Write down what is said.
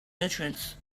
nutrients